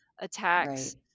attacks